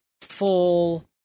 full